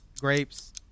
grapes